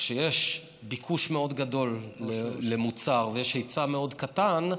כשיש ביקוש גדול מאוד למוצר ויש היצע מאוד קטן,